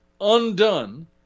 undone